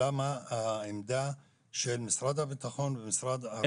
השאלה מה העמדה של משרד הביטחון ומשרד הרווחה?